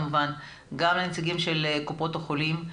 גם לנציגים של קופות החולים.